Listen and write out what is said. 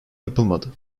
yapılmadı